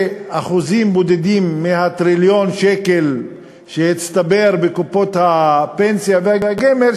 אחוזים בודדים מטריליון שקל שהצטבר בקופות הפנסיה והגמל,